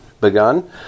begun